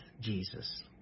Jesus